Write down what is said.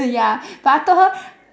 ya but I told her